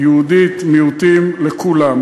יהודית, מיעוטים, לכולם.